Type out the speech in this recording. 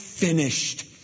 Finished